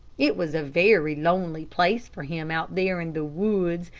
it was a very lonely place for him out there in the woods,